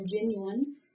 genuine